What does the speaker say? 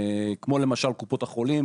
כמו למשל קופות החולים